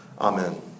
Amen